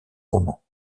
romans